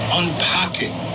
unpacking